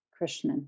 Krishnan